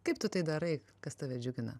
kaip tu tai darai kas tave džiugina